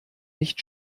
nicht